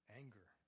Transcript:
anger